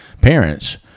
parents